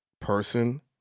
person